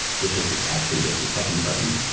which is is actually just the second button.